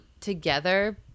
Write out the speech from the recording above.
together